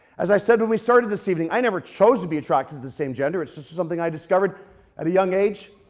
as i said when we started this evening, i never choose to be attracted to the same gender it's just something i discovered at a young age.